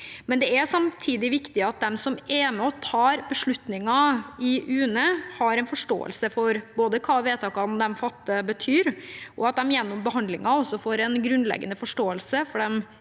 Det er samtidig viktig at de som er med og tar beslutninger i UNE, har en forståelse for hva vedtakene de fatter, betyr, og at de gjennom behandlingen også får en grunnleggende forståelse for de